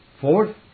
Fourth